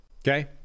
okay